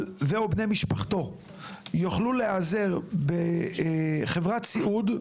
ו/או בני משפחתו יוכלו להיעזר בחברת סיעוד,